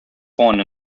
born